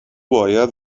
باید